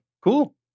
cool